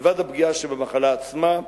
מלבד הפגיעה שבמחלה עצמה,